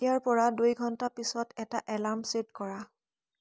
এতিয়াৰপৰা দুই ঘণ্টা পিছত এটা এলাৰ্ম ছেট কৰা